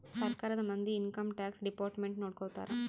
ಸರ್ಕಾರದ ಮಂದಿ income tax department ನೊಡ್ಕೋತರ